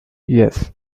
yes